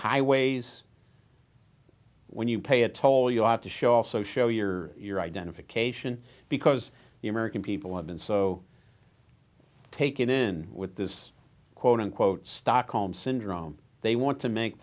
highways when you pay a toll you'll have to show also show your your identification because the american people have been so taken in with this quote unquote stockholm syndrome they want to make